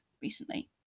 recently